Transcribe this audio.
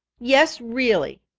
yes, really.